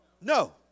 No